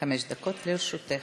חמש דקות לרשותך.